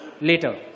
later